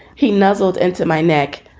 he nuzzled into my neck.